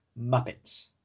muppets